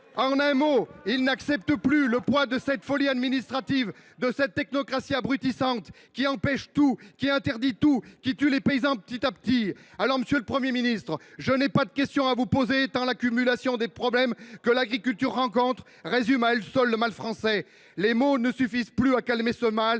En un mot, ils n’acceptent plus le poids de cette folie administrative et de cette technocratie abrutissante qui empêchent tout, qui interdisent tout, qui tuent peu à peu les paysans. Monsieur le Premier ministre, je n’ai pas de question à vous poser, car l’accumulation des problèmes que l’agriculture rencontre résume à elle seule le mal français. Les mots ne suffisent plus à calmer ce mal